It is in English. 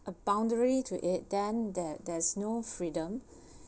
a boundary to it then that there's no freedom